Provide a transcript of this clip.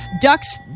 Ducks